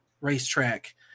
racetrack